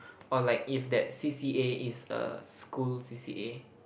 or like if that C_C_A is a school C_C_A